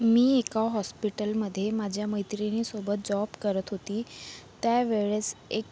मी एका हॉस्पिटलमध्ये माझ्या मैत्रिणीसोबत जॉब करत होते त्यावेळेस एक